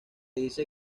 dice